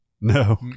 no